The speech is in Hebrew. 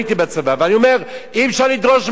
ואני אומר: אי-אפשר לדרוש מחרדים,